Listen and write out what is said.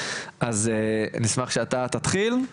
אז נשמח שאתה תתחיל,